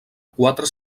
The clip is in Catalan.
quatre